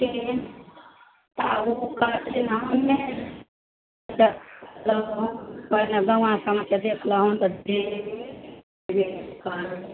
पहिने दमाद तमाद पाहुन